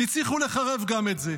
הצליחו לחרב גם את זה.